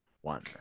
one